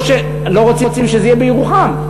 לא שלא רוצים שזה יהיה בירוחם,